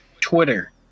Twitter